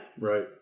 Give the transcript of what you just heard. Right